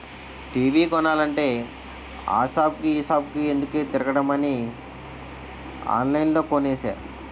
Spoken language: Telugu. టీ.వి కొనాలంటే ఆ సాపుకి ఈ సాపుకి ఎందుకే తిరగడమని ఆన్లైన్లో కొనేసా